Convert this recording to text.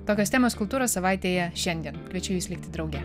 tokios temos kultūros savaitėje šiandien kviečiu jus likti drauge